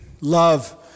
love